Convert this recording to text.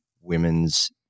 women's